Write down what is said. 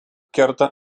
kerta